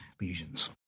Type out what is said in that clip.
lesions